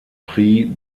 prix